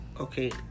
Okay